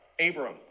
Abram